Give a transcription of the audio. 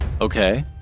Okay